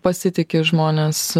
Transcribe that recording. pasitiki žmonės